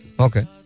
Okay